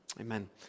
amen